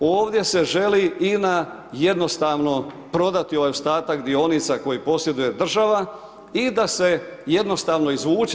Ovdje se želi INA jednostavno prodati ovaj ostatak dionica koji posjeduje država i da se jednostavno izvuče.